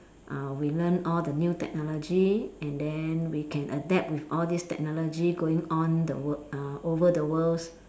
uh we learn all the new technology and then we can adapt with all this technology going on the world uh over the worlds